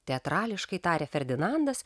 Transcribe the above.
teatrališkai tarė ferdinandas